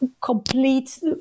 complete